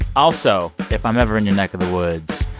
also if i'm ever in your neck of the woods,